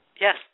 Yes